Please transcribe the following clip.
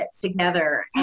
together